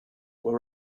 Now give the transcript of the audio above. were